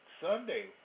Sunday